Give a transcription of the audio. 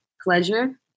pleasure